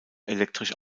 elektrisch